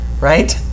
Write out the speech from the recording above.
Right